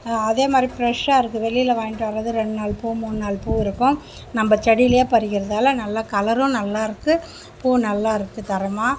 அதேமாதிரி ஃபிரெஷ்ஷாக இருக்கு வெளியில வாங்கிகிட்டு வரது ரெண்டு நாள் பூ மூணு நாள் பூ இருக்கும் நம்ப செடியிலயே படிக்கிறதால் நல்ல கலரும் நல்லாயிருக்கு பூ நல்லாயிருக்கு தரமாக